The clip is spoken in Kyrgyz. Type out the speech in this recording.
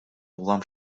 улам